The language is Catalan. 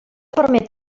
permet